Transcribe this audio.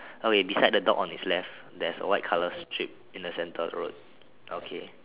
okay beside the dog on its left there's a white color strip in the center of the road okay